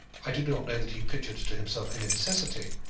i do not know that he pictured to himself any necessity,